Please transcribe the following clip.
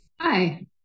Hi